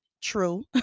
True